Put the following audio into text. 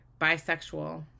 bisexual